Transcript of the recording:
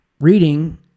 reading